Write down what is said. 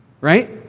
Right